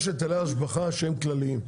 יש היטלי השבחה שהם כלליים,